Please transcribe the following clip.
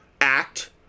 act